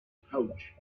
pouch